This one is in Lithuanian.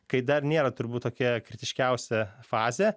kai dar nėra turbūt tokia kritiškiausia fazė